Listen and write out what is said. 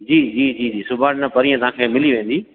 जी जी जी जी सुबाणे न पणीह तव्हांखे मिली वेंदी